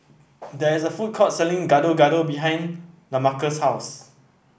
there is a food court selling Gado Gado behind Lamarcus' house